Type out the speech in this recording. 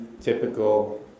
typical